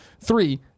Three